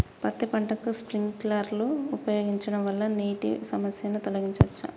పత్తి పంటకు స్ప్రింక్లర్లు ఉపయోగించడం వల్ల నీటి సమస్యను తొలగించవచ్చా?